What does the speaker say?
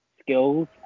skills